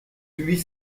huit